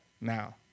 now